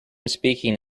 speaking